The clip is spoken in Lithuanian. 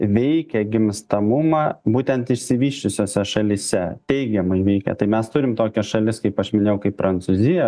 veikia gimstamumą būtent išsivysčiusiose šalyse teigiamai veikia tai mes turim tokias šalis kaip aš minėjau kaip prancūzija